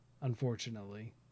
unfortunately